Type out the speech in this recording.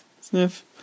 Sniff